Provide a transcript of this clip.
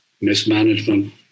Mismanagement